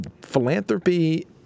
philanthropy